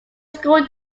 school